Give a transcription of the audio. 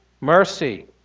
mercy